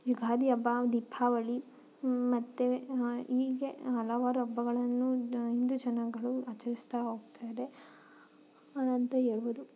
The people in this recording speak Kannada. ಯುಗಾದಿ ಹಬ್ಬ ದೀಪಾವಳಿ ಮತ್ತು ಹೀಗೆ ಹಲವಾರು ಹಬ್ಬಗಳನ್ನು ಹಿಂದು ಜನಗಳು ಆಚರಿಸ್ತಾ ಹೋಗ್ತಾರೆ ಅಂತ ಹೇಳ್ಬೋದು